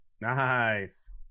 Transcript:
Nice